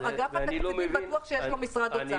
אגף תקציבים בטוח שיש לו משרד אוצר.